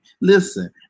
listen